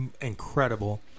incredible